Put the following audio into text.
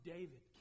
David